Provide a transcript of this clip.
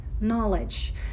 knowledge